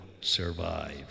survive